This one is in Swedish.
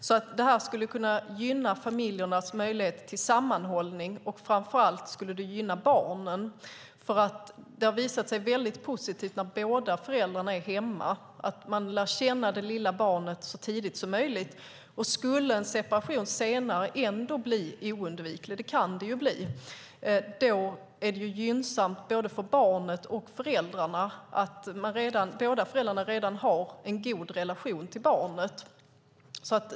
Detta skulle alltså kunna gynna familjernas möjlighet till sammanhållning, och framför allt skulle det gynna barnen. Det har visat sig vara mycket positivt att båda föräldrarna är hemma och lär känna det lilla barnet så tidigt som möjligt. Skulle en separation ändå bli oundviklig är det gynnsamt både för barnet och för föräldrarna att båda föräldrarna redan har en god relation till barnet.